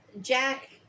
Jack